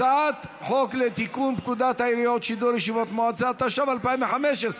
הצעת חוק לתיקון פקודת העיריות (שידור ישיבות מועצה) התשע"ו 2015,